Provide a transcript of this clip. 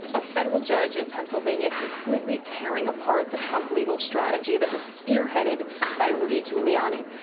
a federal judge in pennsylvania completely tearing apart the trump legal strategy that was spearheaded by rudy giuliani.